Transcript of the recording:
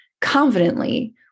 confidently